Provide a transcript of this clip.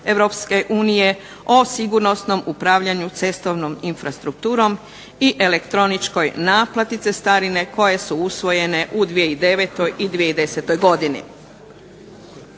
Europske unije o sigurnosnom upravljanju cestovnom infrastrukturom, i elektroničkoj naplati cestarine koje su usvojene u 2009. i 2010. godini.